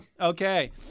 Okay